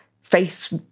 face